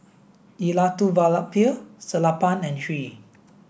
Elattuvalapil Sellapan and Hri